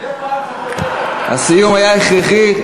הסיום היה הכרחי.